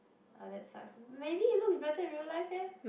oh that sucks maybe he looks better in real life eh